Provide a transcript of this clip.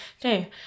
okay